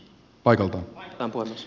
olkaa hyvä